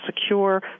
secure